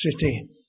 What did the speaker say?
city